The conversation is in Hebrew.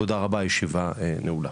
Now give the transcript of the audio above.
תודה רבה, הישיבה נעולה.